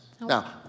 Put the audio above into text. Now